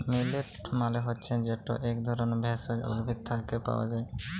মিল্ট মালে হছে যেট ইক ধরলের ভেষজ উদ্ভিদ থ্যাকে পাওয়া যায়